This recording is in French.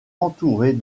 entourée